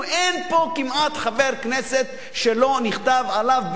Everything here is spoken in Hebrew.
אין פה כמעט חבר כנסת שלא נכתב עליו ביום